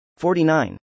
49